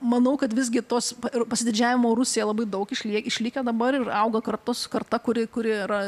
manau kad visgi tos ir pasididžiavimo rusija labai daug išli išlikę dabar ir auga kartu su karta kuri kuri yra